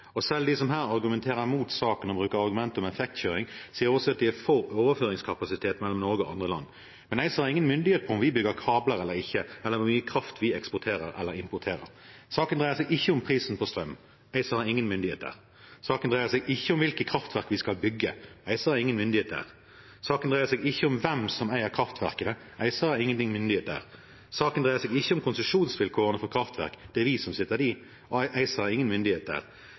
utenlandskabler. Selv de som her argumenterer mot saken og bruker argumentet om effektkjøring, sier også at de er for overføringskapasitet mellom Norge og andre land. Men ACER har ingen myndighet over om vi bygger kabler eller ikke, eller om hvor mye kraft vi eksporterer eller importerer. Saken dreier seg ikke om prisen på strøm – ACER har ingen myndighet der. Saken dreier seg ikke om hvilke kraftverk vi skal bygge – ACER har ingen myndighet der. Saken dreier seg ikke om hvem som eier kraftverkene – ACER har ingen myndighet der. Saken dreier seg ikke om konsesjonsvilkårene for kraftverk – det er vi som setter dem – ACER har ingen